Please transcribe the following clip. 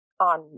on